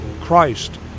Christ